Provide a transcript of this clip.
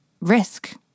risk